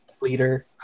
leader